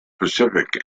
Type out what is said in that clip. pacific